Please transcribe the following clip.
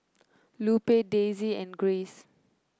Lupe Daisye and Grayce